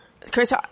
Chris